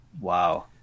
Wow